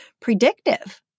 predictive